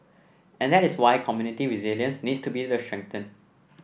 and that is why community resilience needs to be strengthened